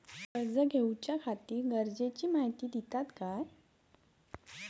कर्ज घेऊच्याखाती गरजेची माहिती दितात काय?